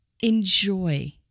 enjoy